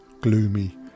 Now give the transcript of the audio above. gloomy